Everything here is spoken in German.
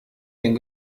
den